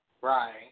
Right